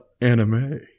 anime